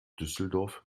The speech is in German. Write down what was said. düsseldorf